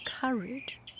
courage